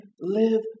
live